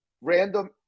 random